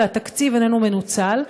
והתקציב איננו מנוצל.